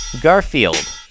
Garfield